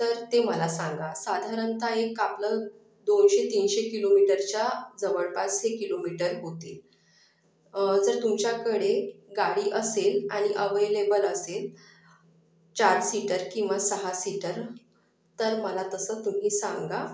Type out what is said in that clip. तर ते मला सांगा साधारणतः एक आपलं दोनशे तीनशे किलोमीटरच्या जवळपास हे किलोमीटर होते जर तुमच्याकडे गाडी असेल आणि अव्हेलेबल असेल चार सीटर किंवा सहा सीटर तर मला तसं तुम्ही सांगा